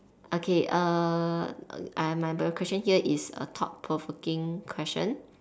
okay uh I my question here is a thought provoking question